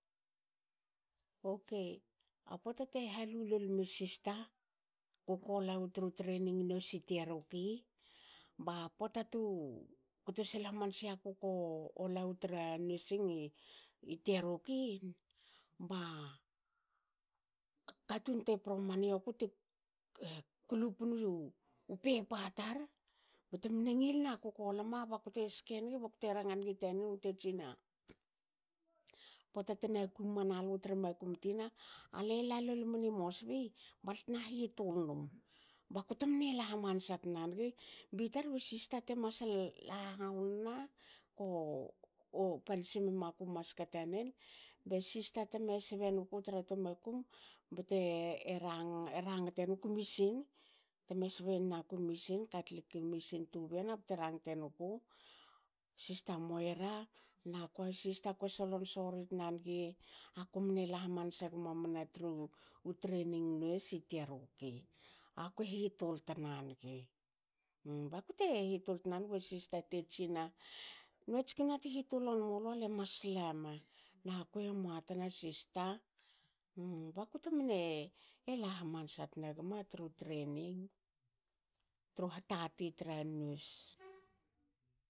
Okei a pota te halu olo mme sista kuko lawu tru treining nes i tearuki. ba pota tu kto sil hamansi aku ko lawu tra treining nes i tearoki ba katun te proman ioku te kulupu pepa tar btemen ngilna kuko lama bakute ske nigi bakute ranga nigi tanen bte tsina,"pota tena kui manlu tra makum tina. ale la lol mini mosbi baltna hitul num," bakute men la hamansa tna nigi, bitar bre sista te masal ha hanna ko palsi memaku maska tanen be sista teme sbe nuku tra toa makum. bte e rangte nuku i mission teme sbe nen aku mission katlik i mission i tubeana bte rangte nuku sista moira nakua,"sista kue solon sori tna nigi. aku mne la hamansa gmamana tru treining nes i tearuki. Akue hitul tna nigi." bakute hitol tna nigi be sista te tsinna,"notskina te hitul won mulu le mas lama". akue muatna sista bakute temne la hamansa tna gma tru training. tru hatati tra nes.